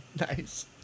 Nice